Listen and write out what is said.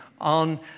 On